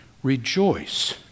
Rejoice